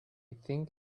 think